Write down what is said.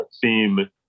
theme